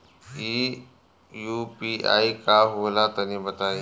इ यू.पी.आई का होला तनि बताईं?